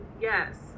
yes